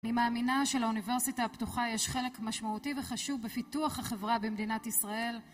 אני מאמינה שלאוניברסיטה הפתוחה יש חלק משמעותי וחשוב בפיתוח החברה במדינת ישראל.